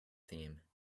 theme